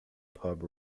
pub